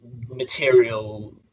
material